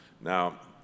Now